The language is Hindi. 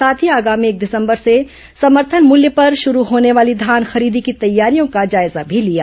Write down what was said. साथ ही आगामी एक दिसंबर से समर्थन मूल्य पर शुरू होने वाली धान खरीदी की तैयारियां का जायजा भी लिया